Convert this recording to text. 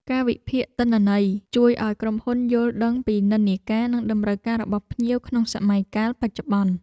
ការវិភាគទិន្នន័យអតិថិជនជួយឱ្យក្រុមហ៊ុនយល់ដឹងពីនិន្នាការ និងតម្រូវការរបស់ភ្ញៀវក្នុងសម័យកាលបច្ចុប្បន្ន។